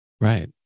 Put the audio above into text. Right